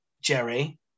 Jerry